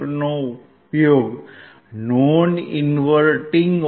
નો ઉપયોગ non inverting ઓપ